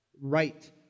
right